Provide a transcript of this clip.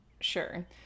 Sure